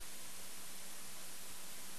הדבר